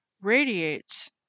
radiates